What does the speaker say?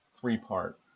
three-part